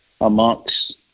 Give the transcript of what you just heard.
amongst